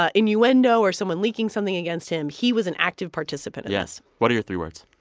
ah innuendo or someone leaking something against him. he was an active participant yes. what are your three words?